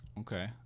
okay